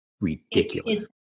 ridiculous